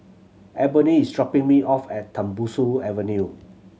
Ebony is dropping me off at Tembusu Avenue